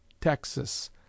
Texas